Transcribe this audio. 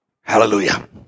Hallelujah